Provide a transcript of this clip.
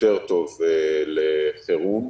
ויש פורומים אחרים שמנהלת ראש חטיבת הרפואה,